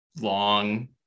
long